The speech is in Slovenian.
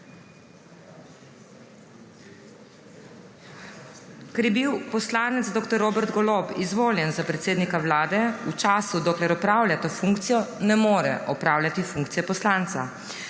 Ker je bil poslanec dr. Robert Golob izvoljen za predsednika Vlade, v času, dokler opravlja to funkcijo, ne more opravljati funkcije poslanca.